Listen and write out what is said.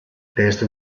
testo